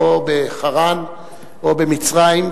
בחרן ובמצרים,